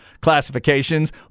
classifications